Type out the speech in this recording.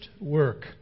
work